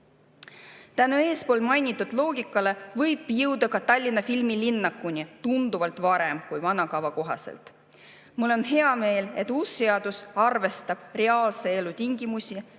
Tänu eespool mainitud loogikale võib jõuda ka Tallinna filmilinnakuni tunduvalt varem kui vana kava kohaselt. Mul on hea meel, et uus seadus arvestab reaalse elu tingimusi,